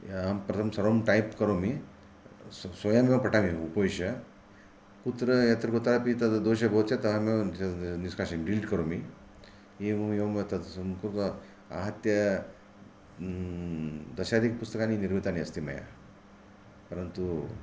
अहं प्रथमं सर्वं टैप् करोमि स्व स्वयमेव पठामि उपविश्य कुत्र यत्र कुत्रापि तत् दोषः भवति चेत् तत् अहमेव निष्कासयामि डिलिट् करोमि एवमेवं तत् संस्कृतं आहत्य दशाधिकपुस्तकानि निर्मातानि मया परन्तु